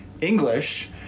English